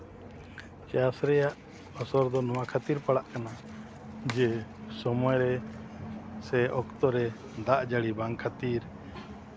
ᱪᱟᱥ ᱨᱮᱭᱟᱜ ᱟᱥᱚᱨ ᱫᱚ ᱱᱚᱣᱟ ᱠᱷᱟᱹᱛᱤᱨ ᱯᱟᱲᱟᱜ ᱠᱟᱱᱟ ᱡᱮ ᱥᱚᱢᱚᱭ ᱨᱮ ᱥᱮ ᱚᱠᱛᱚ ᱨᱮ ᱫᱟᱜ ᱡᱟᱹᱲᱤ ᱵᱟᱝ ᱠᱷᱟᱹᱛᱤᱨ